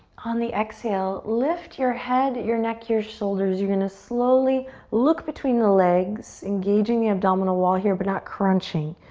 on the exhale, lift your head, your neck, your shoulders. you're gonna slowly look between the legs, engaging your abdominal wall here but not crunching.